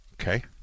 Okay